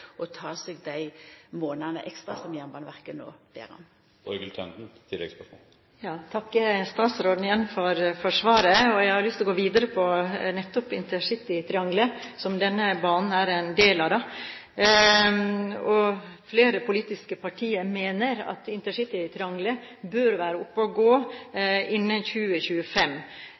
statsråden igjen for svaret. Jeg har lyst til å gå videre nettopp med intercitytrianglet, som denne banen er en del av. Flere politiske partier mener at intercitytrianglet bør være oppe å gå innen 2025.